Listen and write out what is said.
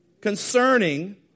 concerning